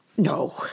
No